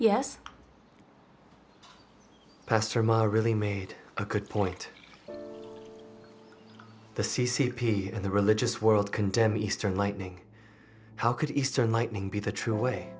maher really made a good point the c c p the religious world condemn eastern lightning how could eastern lightning be the true way